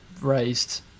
raised